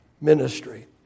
ministry